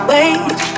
Wait